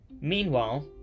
Meanwhile